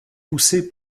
poussée